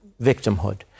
victimhood